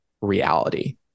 reality